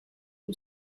who